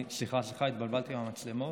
סליחה, סליחה, התבלבלתי עם המצלמות,